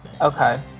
Okay